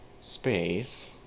space